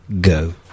Go